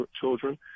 children